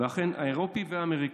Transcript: האירופי והאמריקאי.